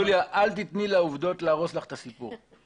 יוליה, אל תיתני לעובדות להרוס לך את הסיפור.